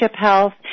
health